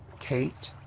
kate,